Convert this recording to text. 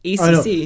ACC